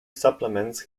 supplements